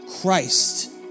Christ